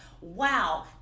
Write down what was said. Wow